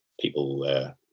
people